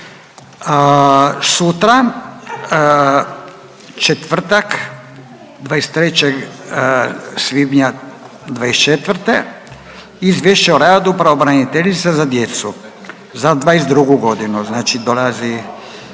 Sutra četvrtak 23. svibnja '24. Izvješće o radu Pravobraniteljice za djecu za '22. godinu. Znači dolazi